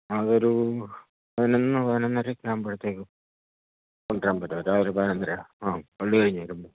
അതൊരു പതിനൊന്ന് പതിനൊന്നര ഒക്കെ ആകുമ്പഴത്തേക്കും കൊണ്ടുവരാൻ പറ്റുമോ രാവിലെ പതിനൊന്നര ആ പള്ളി കഴിഞ്ഞ് വരുമ്പം